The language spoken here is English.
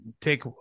take